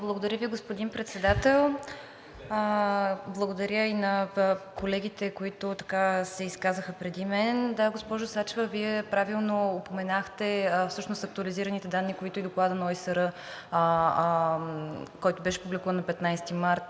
Благодаря Ви, господин Председател. Благодаря и на колегите, които се изказаха преди мен. Да, госпожо Сачева, Вие правилно упоменахте всъщност актуализираните данни, които и Докладът на ОИСР, който беше публикуван на 15 март